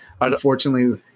Unfortunately